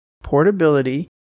portability